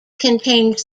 contains